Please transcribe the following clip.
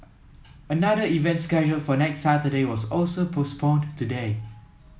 another event scheduled for next Saturday was also postponed today